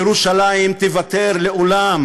ירושלים תיוותר לעולם